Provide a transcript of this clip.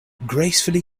gracefully